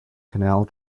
canal